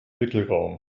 wickelraum